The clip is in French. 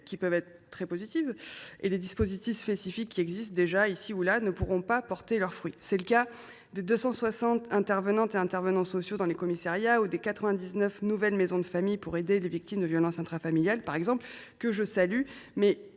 peuvent être très positives – et les dispositifs spécifiques qui existent déjà, ici ou là, ne pourront guère porter leurs fruits. Je salue les 260 intervenantes et intervenants sociaux dans les commissariats ou les 99 nouvelles maisons de protection des familles pour aider les victimes de violences intrafamiliales. Mais aussi longtemps que